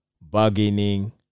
bargaining